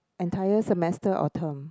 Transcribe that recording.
entire semester or term